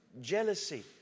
jealousy